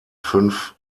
fünf